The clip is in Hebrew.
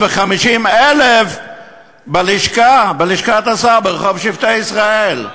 ו-950,000 בלשכה, בלשכת השר ברחוב שבטי ישראל.